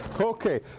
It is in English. okay